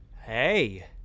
Hey